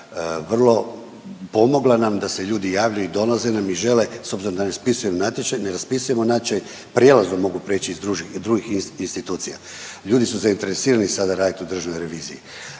vrlo pomogla nam da se ljudi javljaju i dolaze nam i žele, s obzirom da ne raspisujemo natječaj, prijelazom mogu prijeći iz drugih institucija. Ljudi su zainteresirani sada raditi u državnoj reviziji,